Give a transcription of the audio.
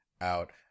out